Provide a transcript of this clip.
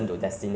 very good